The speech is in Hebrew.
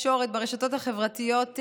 חברת הכנסת אפרת רייטן מרום, בבקשה.